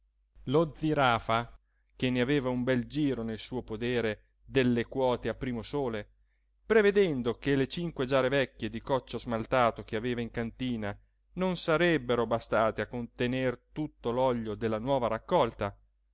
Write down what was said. lo zirafa che ne aveva un bel giro nel suo podere delle quote a primosole prevedendo che le cinque giare vecchie di coccio smaltato che aveva in cantina non sarebbero bastate a contener tutto l'olio della nuova raccolta